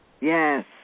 Yes